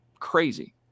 crazy